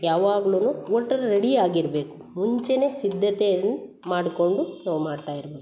ಯಾವಾಗಲೂ ಒಟ್ಟಲ್ಲಿ ರೆಡಿ ಆಗಿರಬೇಕು ಮುಂಚೆಯೇ ಸಿದ್ಧತೆಯನ್ನ ಮಾಡ್ಕೊಂಡು ನಾವು ಮಾಡ್ತಾಯಿರಬೇಕು